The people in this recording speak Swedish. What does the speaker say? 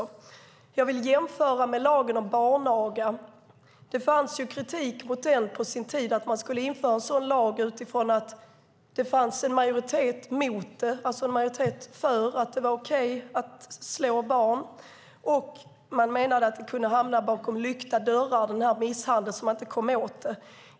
Jag vill jämföra med lagen om barnaga. Det fanns på sin tid kritik mot att införa en sådan lag, utifrån att det fanns en majoritet för att det var okej att slå barn. Man menade att misshandeln kunde hamna bakom lyckta dörrar så att man inte kom åt den.